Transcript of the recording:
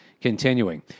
continuing